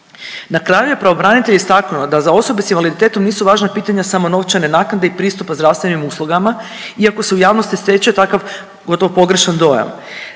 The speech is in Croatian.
Na kraju je pravobranitelj istaknuo da za osobe s invaliditetom nisu važna pitanja samo novčane naknade i pristupa zdravstvenim uslugama iako se u javnosti stječe takav gotovo pogrešan dojam.